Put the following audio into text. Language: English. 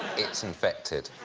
it's infected.